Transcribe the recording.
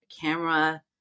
camera